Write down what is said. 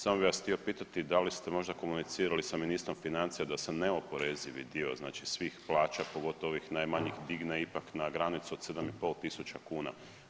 Samo bih vas htio pitati, da li ste možda komunicirali sa ministrom financija da se neoporezivi dio, znači svih plaća, pogotovo ovih najmanjih, digne ipak na granicu od 7,5 tisuća kuna.